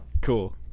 Cool